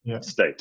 state